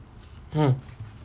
ha